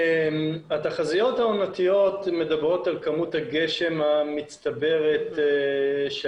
התחזיות העונתיות מדברות על כמות הגשם המצטברת של